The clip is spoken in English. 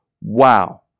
wow